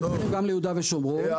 גם ליהודה ושומרון,